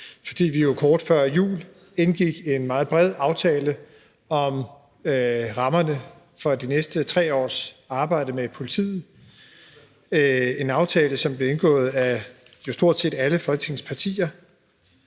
fordi vi jo kort før jul indgik en meget bred aftale om rammerne for de næste 3 års arbejde med politiet – en aftale, som blev indgået af stort set alle Folketingets partier,